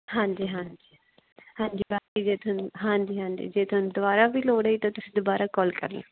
ਹਾਂਜੀ ਹਾਂਜੀ ਹਾਂਜੀ ਬਾਕੀ ਜੇ ਤੁਹਾਨੂੰ ਹਾਂਜੀ ਹਾਂਜੀ ਜੇ ਤੁਹਾਨੂੰ ਦੁਆਰਾ ਵੀ ਲੋੜ ਹੋਈ ਤਾਂ ਤੁਸੀਂ ਦੁਬਾਰਾ ਕੌਲ ਕਰ ਲਿਓ